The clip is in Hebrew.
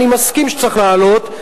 אני מסכים שצריך להעלות,